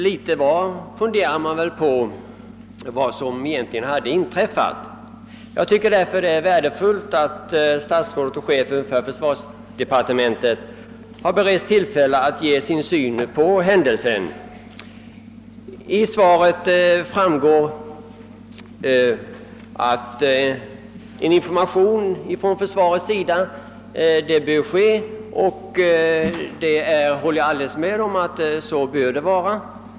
Litet till mans funderade vi väl på vad som egentligen hade inträffat, och jag tycker därför att det är värdefullt att statsrådet och chefen för försvarsdepartementet har beretts tillfälle att ge sin syn på händelsen. Av svaret framgår att det bör lämnas information av försvaret, och så bör det också vara enligt min uppfattning.